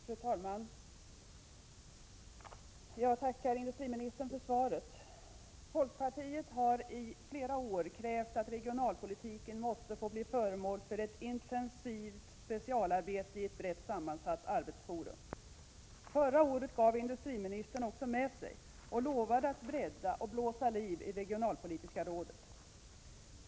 Fru talman! Jag tackar industriministern för svaret. Folkpartiet har i flera år krävt att regionalpolitiken skall bli föremål för ett intensivt specialarbete i ett brett sammansatt arbetsforum. Förra året gav industriministern med sig och lovade att bredda och blåsa liv i regionalpolitiska rådet.